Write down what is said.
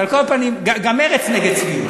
גם מרצ נגד צביעות.